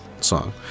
song